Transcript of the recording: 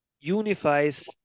unifies